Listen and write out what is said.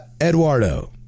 Eduardo